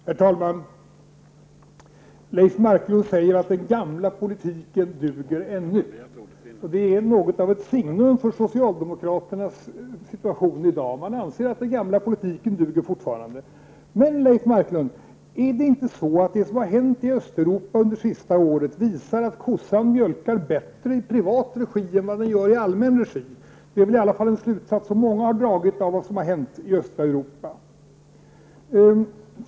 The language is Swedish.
Herr talman! Leif Marklund säger att den gamla politiken duger ännu. Det är något av ett signum för socialdemokraternas situation i dag. Man anser att den gamla politiken duger fortfarande. Men, Leif Marklund, har inte det som har hänt i Östeuropa under det senaste året visat att kossan mjölkar bättre i privat regi än i allmän regi? Det är i alla fall en slutsats som många har dragit av det som har hänt i Östeuropa.